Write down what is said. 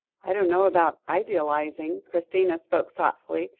i don't know about idealising, christina spoke thoughtfully,